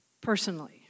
personally